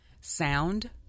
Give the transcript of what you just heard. sound